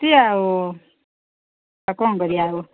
ଟିକେ ଆଉ କ'ଣ କରିବା ଆଉ